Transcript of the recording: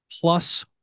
plus